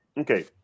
Okay